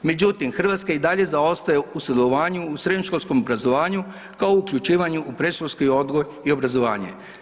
Međutim, Hrvatska i dalje zaostaje u sudjelovanju u srednjoškolskom obrazovanju kao uključivanju u predškolski odgoj i obrazovanje.